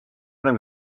enam